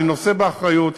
אני נושא באחריות,